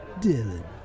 dylan